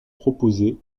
proposées